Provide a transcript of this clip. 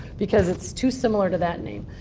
because it's too similar to that name.